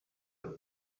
niwe